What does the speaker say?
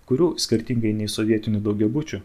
kurių skirtingai nei sovietinių daugiabučių